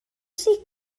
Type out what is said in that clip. sydd